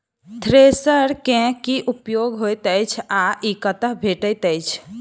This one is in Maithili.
थ्रेसर केँ की उपयोग होइत अछि आ ई कतह भेटइत अछि?